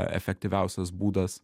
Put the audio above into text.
efektyviausias būdas